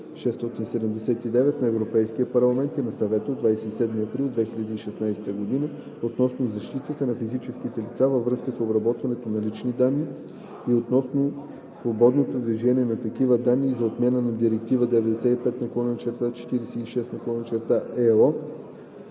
на Европейския парламент и на Съвета от 27 април 2016 г. относно защитата на физическите лица във връзка с обработването на лични данни и относно свободното движение на такива данни и за отмяна на Директива 95/46/EО